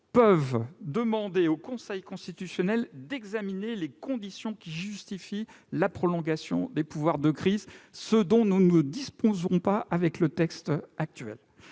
peuvent demander au Conseil constitutionnel d'examiner les conditions qui justifient la prolongation des pouvoirs de crise, ce dont nous ne disposerons pas avec ce texte.